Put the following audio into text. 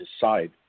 decide